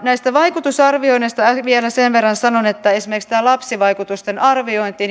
näistä vaikutusarvioinneista vielä sen verran sanon että esimerkiksi tämä lapsivaikutusten arviointi